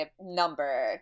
number